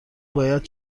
باید